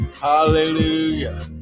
Hallelujah